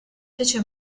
fece